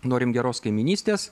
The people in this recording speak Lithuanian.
norim geros kaimynystės